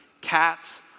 Cats